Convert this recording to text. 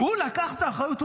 הוא לקח את האחריות.